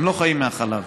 הם לא חיים מהחלב.